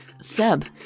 Seb